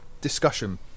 discussion